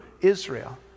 Israel